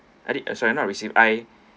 I did uh sorry not I received I